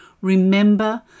remember